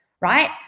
right